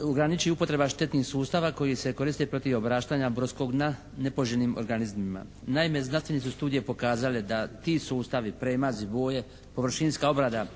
ograniči upotreba štetnih sustava koji se koriste protiv obraštanja brodskog dna nepoželjnim organizmima. Naime, znanstvene su studije pokazale da ti sustavi, premazi boje površinska obrada